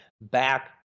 back